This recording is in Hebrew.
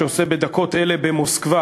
שעושה בדקות אלה במוסקבה,